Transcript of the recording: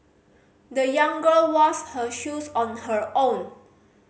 the young girl washed her shoes on her own